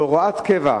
בהוראת קבע,